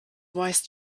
wise